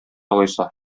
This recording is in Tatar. алайса